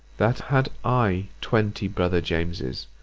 that had i twenty brother james's,